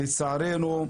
לצערנו,